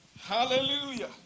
Hallelujah